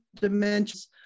dimensions